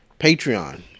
Patreon